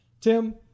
Tim